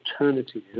alternative